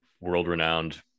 world-renowned